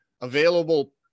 Available